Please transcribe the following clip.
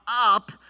up